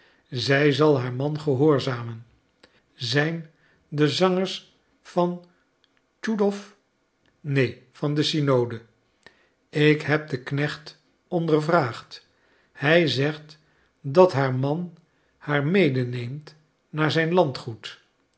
zij zal haar man gehoorzamen zijn de zangers van tschoudow neen van de synode ik heb den knecht ondervraagd hij zegt dat haar man haar medeneemt naar zijn landgoed